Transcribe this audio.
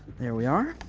there we are.